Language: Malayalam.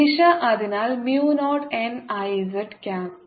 ദിശ അതിനാൽ muനോട്ട് n I z ക്യാപ്